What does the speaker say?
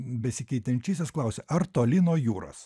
besikeičiantysis klausia ar toli nuo jūros